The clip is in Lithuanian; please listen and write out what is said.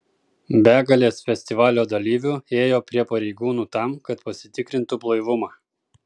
begalės festivalio dalyvių ėjo prie pareigūnų tam kad pasitikrintu blaivumą